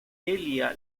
ella